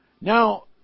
Now